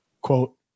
quote